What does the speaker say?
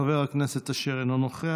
חבר הכנסת אשר, אינו נוכח.